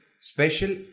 special